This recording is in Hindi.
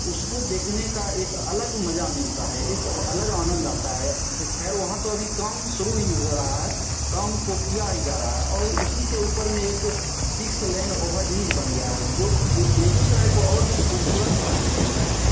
उसको देखने का एक अलग मजा मिलता है एक अलग आनंद आता है ख़ैर वहाँ तो अभी काम शुरू ही हो रहा है काम को किया ही जा रहा है और उसी के ऊपर में एक सिक्स लेन ओवर ब्रिज बन गया है जो कि बेगूसराय को और भी खूबसूरत बना देती है